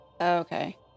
Okay